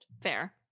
fair